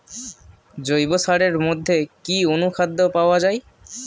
জৈব সারের মধ্যে কি অনুখাদ্য পাওয়া যায়?